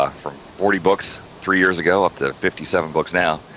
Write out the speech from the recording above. um from forty books three years ago up to fifty seven books now.